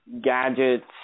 gadgets